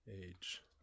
age